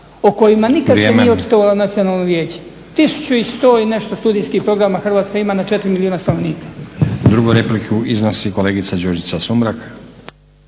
o kojima nikad se nije očitovalo Nacionalno vijeće. 1100 i nešto studijskih programa Hrvatska ima na 4 milijuna stanovnika.